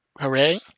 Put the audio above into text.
hooray